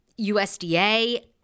USDA